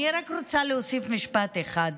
אני רק רוצה להוסיף משפט אחד: